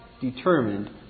determined